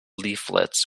leaflets